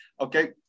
okay